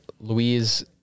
Louise